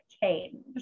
change